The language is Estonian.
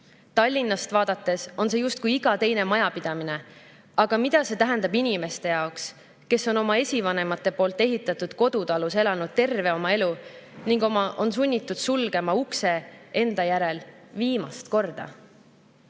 Tallinnast vaadates on see justkui iga teine majapidamine. Aga mida see tähendab inimeste jaoks, kes on oma esivanemate ehitatud kodutalus elanud terve oma elu ning on sunnitud ukse enda järel viimast korda